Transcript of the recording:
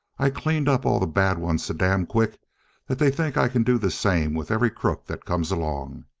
i cleaned up all the bad ones so damn quick that they think i can do the same with every crook that comes along.